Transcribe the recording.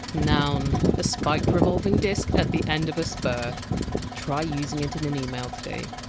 noun, a spiked revolving disc at the end of a spur try using it in an email today